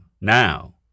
Now